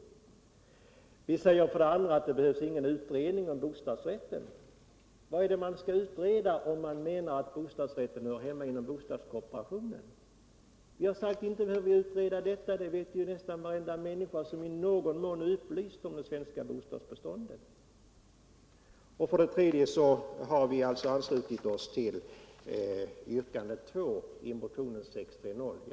För det andra säger vi att det inte behövs någon utredning om bostadsrätten. Vad är det man skall utreda om man menar att bostadsrätten hör hemma inom bostadskooperation? Inte behöver vi utreda detta. Det vet ju nästan varenda människa som i någon mån är upplyst om det svenska bostadsbeståndet. För det tredje har vi anslutit oss till yrkande nr 2 i motionen 630.